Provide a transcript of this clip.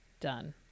Done